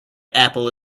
apple